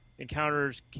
Encounters